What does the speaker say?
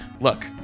Look